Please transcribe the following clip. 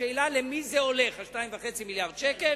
השאלה היא, למי הולכים 2.5 מיליארדי השקלים.